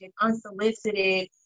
unsolicited